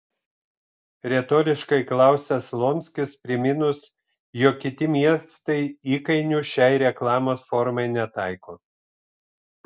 retoriškai klausia slonskis priminus jog kiti miestai įkainių šiai reklamos formai netaiko